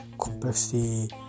complexity